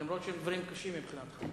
אף שהם דברים קשים מבחינתך.